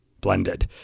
blended